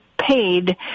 paid